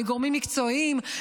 מגורמים מקצועיים,